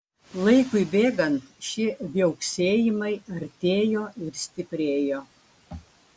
laikui bėgant šie viauksėjimai artėjo ir stiprėjo